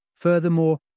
Furthermore